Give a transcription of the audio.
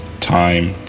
time